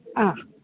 हा